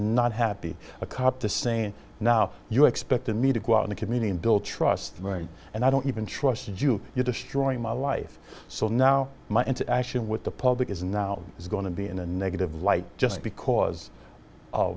not happy a cop to saying now you expected me to go out and comedian bill trust very and i don't even trust you you're destroying my life so now my interaction with the public is now is going to be in a negative light just because of